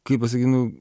kaip pasakyt nu